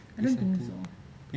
I don't think so